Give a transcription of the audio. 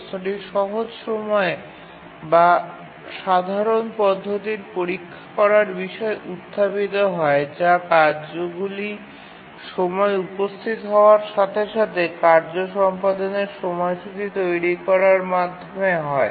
প্রশ্নটি সহজ সময়ে বা সাধারণ পদ্ধতির পরীক্ষা করার বিষয়ে উত্থাপিত হয় যা কার্যগুলি সময় উপস্থিত হওয়ার সাথে সাথে কার্য সম্পাদনের সময়সূচী তৈরি করার মাধ্যমে হয়